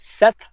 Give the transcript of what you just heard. Seth